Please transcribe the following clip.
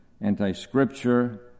anti-Scripture